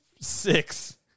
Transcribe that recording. six